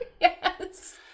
Yes